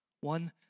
one